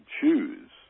choose